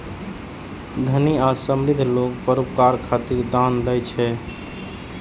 धनी आ समृद्ध लोग परोपकार खातिर दान दै छै